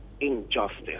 injustice